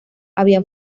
había